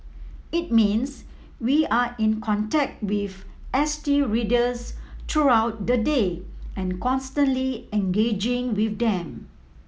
it means we are in contact with S T readers throughout the day and constantly engaging with them